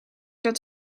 dat